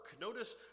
Notice